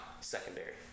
secondary